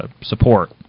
support